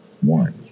one